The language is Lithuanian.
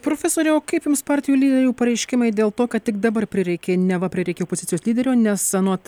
profesoriau o kaip jums partijų lyderių pareiškimai dėl to kad tik dabar prireikė neva prireikė opozicijos lyderio nes anot